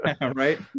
Right